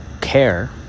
care